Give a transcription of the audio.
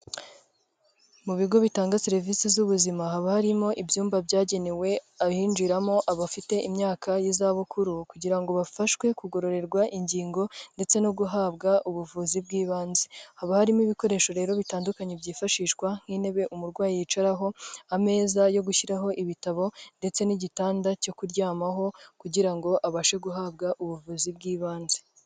Mu bigo bitanga serivisi z'ubuzima, haba harimo ibyumba byagenewe abinjiramo, abafite imyaka y'izabukuru kugira ngo bafashwe kugororerwa ingingo ndetse no guhabwa ubuvuzi bw'ibanze. Haba harimo ibikoresho rero bitandukanye byifashishwa nk'intebe umurwayi yicaraho, ameza yo gushyiraho ibitabo ndetse n'igitanda cyo kuryamaho kugira ngo abashe guhabwa ubuvuzi bw'ibanze.